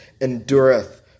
endureth